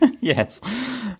Yes